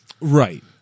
Right